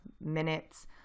minutes